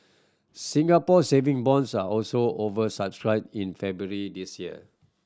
Singapore Saving Bonds are also over subscribed in February this year